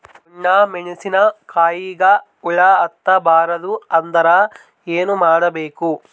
ಡೊಣ್ಣ ಮೆಣಸಿನ ಕಾಯಿಗ ಹುಳ ಹತ್ತ ಬಾರದು ಅಂದರ ಏನ ಮಾಡಬೇಕು?